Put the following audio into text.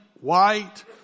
White